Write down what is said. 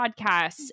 podcasts